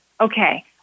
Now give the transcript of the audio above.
okay